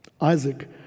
Isaac